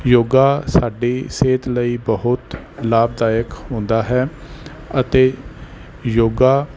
ਯੋਗਾ ਸਾਡੀ ਸਿਹਤ ਲਈ ਬਹੁਤ ਲਾਭਦਾਇਕ ਹੁੰਦਾ ਹੈ ਅਤੇ ਯੋਗਾ